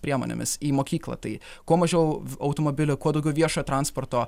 priemonėmis į mokyklą tai kuo mažiau automobilio kuo daugiau viešojo transporto